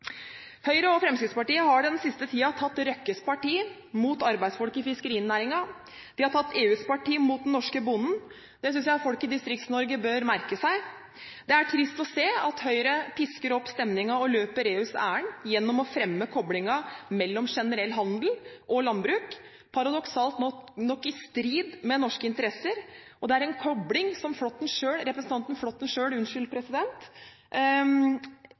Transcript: Høyre og Fremskrittspartiet har den siste tiden tatt Røkkes parti mot arbeidsfolk i fiskerinæringen. De har tatt EUs parti mot den norske bonden. Det synes jeg folk i Distrikts-Norge bør merke seg. Det er trist å se at Høyre pisker opp stemningen og løper EUs ærend gjennom å fremme koblingen mellom generell handel og landbruk, paradoksalt nok i strid med norske interesser. Det er en kobling som representanten Flåtten